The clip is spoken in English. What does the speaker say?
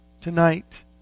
Tonight